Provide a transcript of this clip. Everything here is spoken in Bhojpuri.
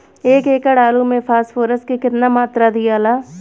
एक एकड़ आलू मे फास्फोरस के केतना मात्रा दियाला?